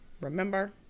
Remember